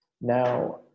Now